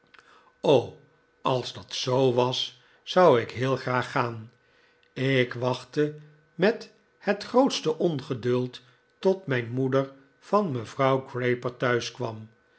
als dat zoo was zou ik heel graag gaan ik wachtte met het grootste ongeduld tot mijn moeder van mevrouw grayper thuiskwam